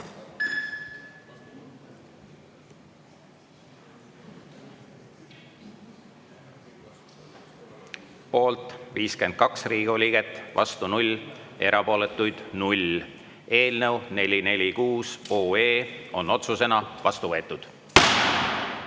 Poolt 52 Riigikogu liiget, vastu 0, erapooletuid 0. Eelnõu 446 on otsusena vastu võetud.